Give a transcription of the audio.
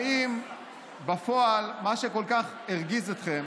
האם בפועל מה שכל כך הרגיז אתכם